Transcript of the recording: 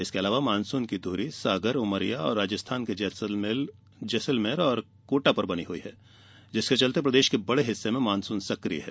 इसके अलावा मानसून की ध्र्री सागर उमरिया और राजस्थान के जैसलमेर और कोटा पर बनी हुई है जिसके चलते प्रदेश के बडे हिस्से में मानसून सक्रिय है